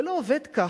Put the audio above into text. זה לא עובד ככה.